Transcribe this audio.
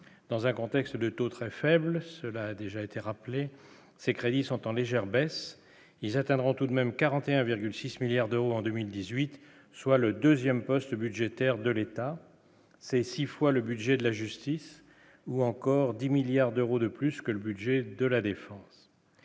dans un contexte de taux très faibles, cela a déjà été rappelé ces crédits sont en légère baisse, ils atteindront tout de même 41,6 milliards d'euros en 2018, soit le 2ème poste budgétaire de l'État, c'est 6 fois le budget de la justice, ou encore 10 milliards d'euros de plus que le budget de la défense.